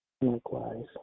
Likewise